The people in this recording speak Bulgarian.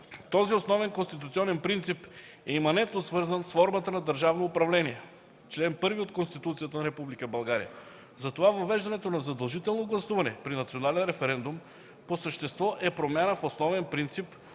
Този основен конституционен принцип е иманентно свързан с формата на държавно управление (чл. 1 от Конституцията на Република България). Затова въвеждането на задължително гласуване при национален референдум по същество е промяна в основен принцип,